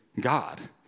God